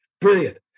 brilliant